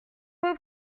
pas